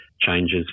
changes